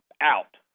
out